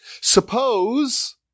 Suppose